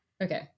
Okay